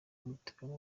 umutobe